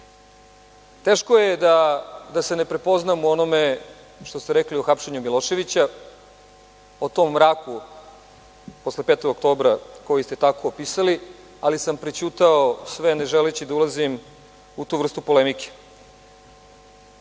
Teško je da se ne prepoznam u onome što ste rekli o hapšenju Miloševića, o tom mraku posle 5. oktobra koji ste tako opisali, ali sam prećutao sve ne želeći da ulazim u tu vrstu polemike. Kao